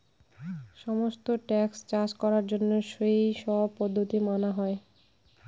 সমস্ত টেকসই চাষ করার জন্য সেই সব পদ্ধতি মানা হয়